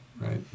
Right